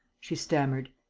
she stammered.